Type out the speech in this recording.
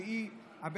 לא משהו אחר.